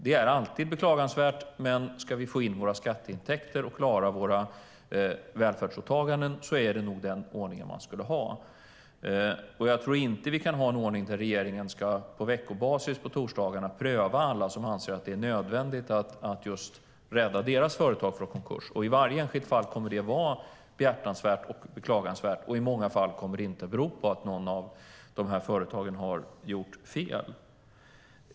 Det är alltid beklagansvärt, men ska vi få in våra skatteintäkter och klara våra välfärdsåtaganden är det nog den ordning man ska ha. Jag tror inte att vi kan ha en ordning där regeringen, på veckobasis, på torsdagarna ska pröva alla fall där man anser att det är nödvändigt att rädda ett företag från konkurs. I varje enskilt fall kommer det att vara behjärtansvärt och beklagansvärt. Och i många fall beror detta inte på att företagen har gjort fel.